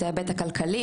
את ההיבט הכלכלי,